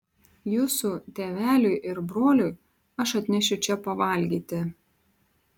jūsų tėveliui ir broliui aš atnešiu čia pavalgyti